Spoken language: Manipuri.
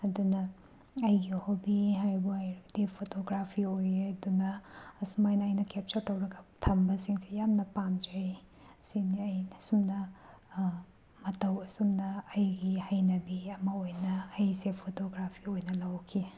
ꯑꯗꯨꯅ ꯑꯩꯒꯤ ꯍꯣꯕꯤ ꯍꯥꯏꯕ ꯑꯣꯏꯔꯒꯗꯤ ꯐꯣꯇꯣꯒ꯭ꯔꯥꯐꯤ ꯑꯣꯏꯌꯦ ꯑꯗꯨꯅ ꯑꯁꯨꯃꯥꯏꯅ ꯑꯩ ꯀꯦꯞꯆꯔ ꯇꯧꯔꯒ ꯊꯝꯕꯁꯤꯡꯁꯦ ꯌꯥꯝꯅ ꯄꯩꯝꯖꯩ ꯁꯤꯅꯤ ꯑꯩꯅ ꯑꯁꯨꯝꯅ ꯃꯇꯧ ꯑꯁꯨꯝꯅ ꯑꯩꯒꯤ ꯍꯩꯅꯕꯤ ꯑꯃ ꯑꯣꯏꯅ ꯑꯩꯁꯦ ꯐꯣꯇꯣꯒ꯭ꯔꯥꯐꯤ ꯑꯣꯏꯅ ꯂꯧꯈꯤ